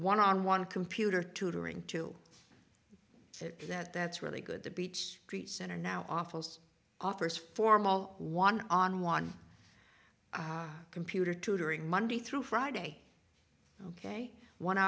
one on one computer tutoring to say that that's really good the beech tree center now office offers formal one on one computer tutoring monday through friday ok one